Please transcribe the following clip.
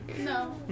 no